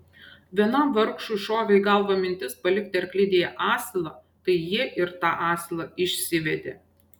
vienam vargšui šovė į galvą mintis palikti arklidėje asilą tai jie ir tą asilą išsivedė